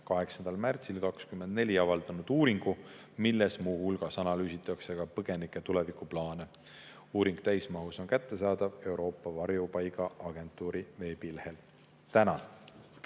8. märtsil 2024 avaldanud uuringu, milles muu hulgas analüüsitakse põgenike tulevikuplaane. Uuring on täismahus kättesaadav Euroopa varjupaigaagentuuri veebilehel. Tänan!